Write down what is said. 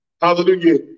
hallelujah